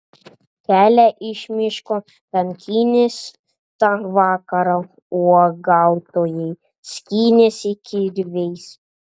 kelią iš miško tankynės tą vakarą uogautojai skynėsi kirviais